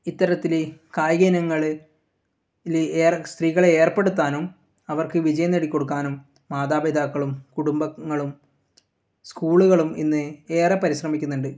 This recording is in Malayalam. ഇത്തരത്തിൽ കായിക ഇനങ്ങൾ ഇതിൽ സ്ത്രീകളെ ഏർപ്പെടുത്താനും അവർക്ക് വിജയം നേടിക്കൊടുക്കാനും മാതാപിതാക്കളും കുടുംബങ്ങളും സ്കൂളുകളും ഇന്ന് ഏറെ പരിശ്രമിക്കുന്നുണ്ട്